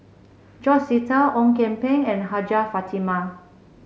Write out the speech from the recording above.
George Sita Ong Kian Peng and Hajjah Fatimah